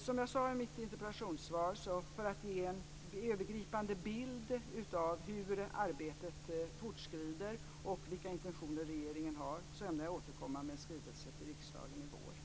Som jag sade i mitt interpellationssvar ämnar jag, för att ge en övergripande bild av hur arbetet fortskrider och av de intentioner som regeringen har, till våren återkomma med en skrivelse till riksdagen.